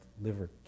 liver